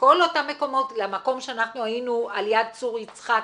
למקום שאנחנו היינו על יד צור יצחק,